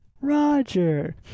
Roger